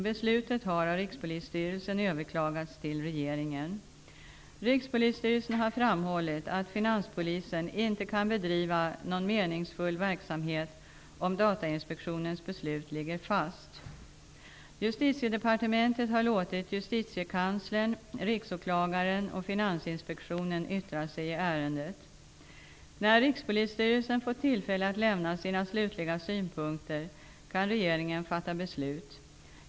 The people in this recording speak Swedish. Beslutet har av Rikspolisstyrelsen överklagats till regeringen. Rikspolisstyrelsen har framhållit att Finanspolisen inte kan bedriva någon meningsfull verksamhet om Datainspektionens beslut ligger fast. Justitiedepartementet har låtit Finansinspektionen yttra sig i ärendet. När Rikspolisstyrelsen fått tillfälle att lämna sina slutliga synpunkter kan regeringen fatta beslut.